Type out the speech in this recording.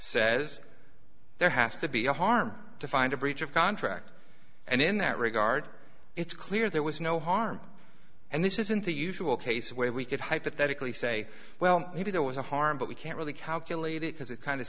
says there has to be a harm to find a breach of contract and in that regard it's clear there was no harm and this isn't the usual case where we could hypothetically say well maybe there was a harm but we can't really calculate it because it kind of